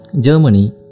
Germany